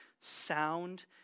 sound